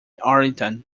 arlington